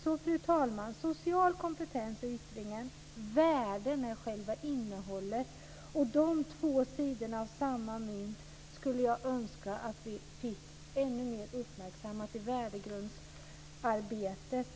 Så, fru talman, social kompetens är yttringen. Värden är själva innehållet. Dessa två sidor av samma mynt skulle jag önska blev ännu mer uppmärksammade i värdegrundsarbetet.